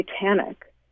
Titanic